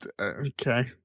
okay